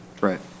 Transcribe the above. Right